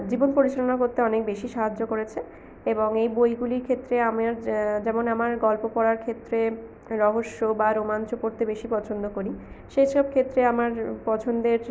জীবন পরিচালনা করতে অনেক বেশি সাহায্য করেছে এবং এই বইগুলির ক্ষেত্রে আমিও যে যেমন আমার গল্প পড়ার ক্ষেত্রে রহস্য বা রোমাঞ্চ পড়তে বেশি পছন্দ করি সেসব ক্ষেত্রে আমার পছন্দের